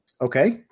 Okay